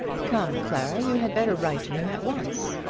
come, clara, you had better write to him at once.